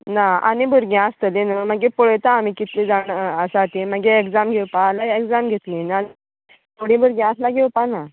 ना आनी भुरग्यां आसतली न्हू मागीर पळयता आमी कितलीं जाण आसा ती मागीर एक्जाम घेवपा जाल्यार एक्जाम घेतलीं ना जाल्यार थोडीं भुरगी आसा जाल्यार घेवपाना